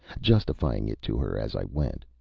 justifying it to her as i went.